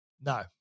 No